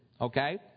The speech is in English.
Okay